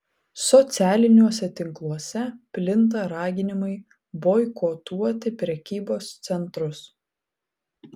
socialiniuose tinkluose plinta raginimai boikotuoti prekybos centrus